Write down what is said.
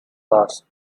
fast